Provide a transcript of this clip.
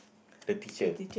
the teacher